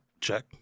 check